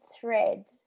thread